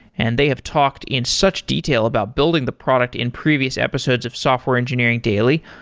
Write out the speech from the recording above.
and they have talked in such detail about building the product in previous episodes of software engineering daily.